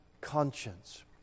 conscience